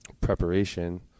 preparation